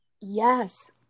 Yes